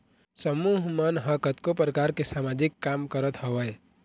समूह मन ह कतको परकार के समाजिक काम करत हवय